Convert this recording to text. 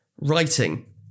writing